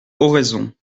oraison